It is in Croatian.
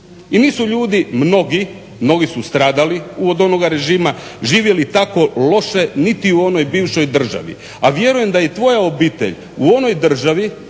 I nisu ljudi mnogi, mnogi su stradali od onoga režima živjeli tako loše niti u onoj bivšoj državi a vjerujem da i tvoja obitelj u onoj državi